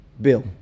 Bill